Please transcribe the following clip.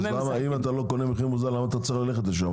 אז אם אתה לא קונה במחיר מוזל למה אתה צריך ללכת לשם,